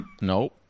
nope